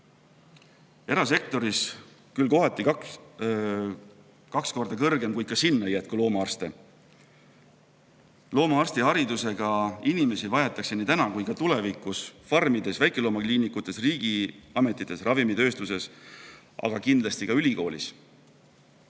Erasektoris on palk küll kohati kaks korda kõrgem, kuid ka sinna ei jätku loomaarste. Loomaarstiharidusega inimesi vajatakse nii praegu kui ka tulevikus farmides, väikeloomakliinikutes, riigiametites, ravimitööstuses, aga kindlasti ka ülikoolis,